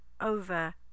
over